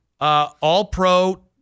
all-pro